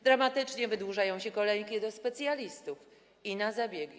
Dramatycznie wydłużają się kolejki do specjalistów i na zabiegi.